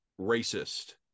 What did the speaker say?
racist